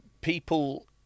people